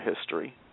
history